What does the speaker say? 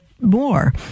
more